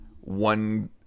one